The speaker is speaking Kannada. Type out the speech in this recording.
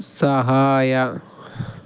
ಸಹಾಯ